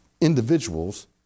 individuals